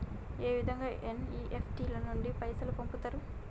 ఏ విధంగా ఎన్.ఇ.ఎఫ్.టి నుండి పైసలు పంపుతరు?